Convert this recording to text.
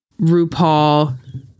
RuPaul